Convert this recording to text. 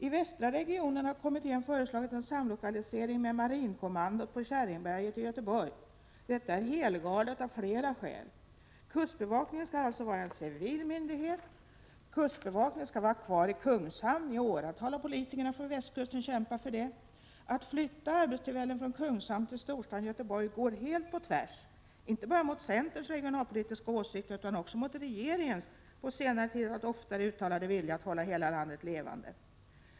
I västra regionen har kommittén föreslagit en samlokalisering med marinkommandot på Käringberget i Göteborg. Detta är helgalet av flera skäl. Kustbevakningen skall alltså vara en civil myndighet. Kustbevakningen skall vara kvar i Kungshamn. I åratal har politikerna från västkusten kämpat för det. Att flytta arbetstillfällen från Kungshamn till storstaden Göteborg går helt på tvärs inte bara mot centerns regionalpolitiska åsikter utan också mot regeringens på senare tid allt oftare uttalade vilja att hålla hela landet levande.